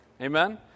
Amen